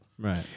right